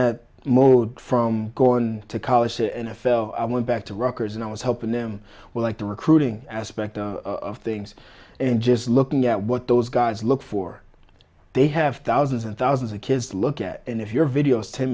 that mode from going to college the n f l going back to rockers and i was helping them well like the recruiting aspect of things and just looking at what those guys look for they have thousands and thousands of kids to look at and if your videos ten